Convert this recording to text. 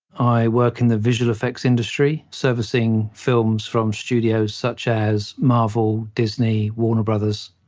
i work in the visual effects industry, servicing films from studios such as marvel, disney, warner bros.